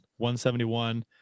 171